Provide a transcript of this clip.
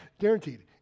guaranteed